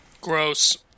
Gross